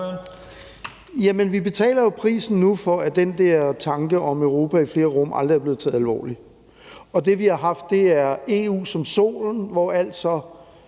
vi betaler jo nu prisen for, at den der tanke om et Europa i flere rum aldrig er blevet taget alvorligt. Det, vi har haft, er EU som solen, som alt